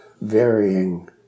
varying